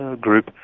group